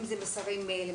אנחנו מפיצים.